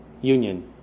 union